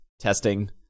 Testing